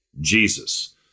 Jesus